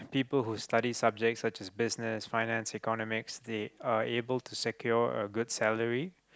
people who studys subject such as business finance economics they are able to secure a good salary